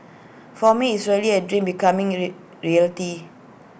for me is really A dream becoming A re reality